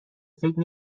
فکر